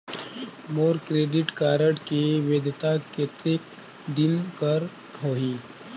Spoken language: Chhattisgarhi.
मोर क्रेडिट कारड के वैधता कतेक दिन कर होही?